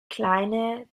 kleine